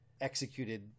executed